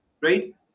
right